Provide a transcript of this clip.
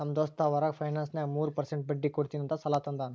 ನಮ್ ದೋಸ್ತ್ ಹೊರಗ ಫೈನಾನ್ಸ್ನಾಗ್ ಮೂರ್ ಪರ್ಸೆಂಟ್ ಬಡ್ಡಿ ಕೊಡ್ತೀನಿ ಅಂತ್ ಸಾಲಾ ತಂದಾನ್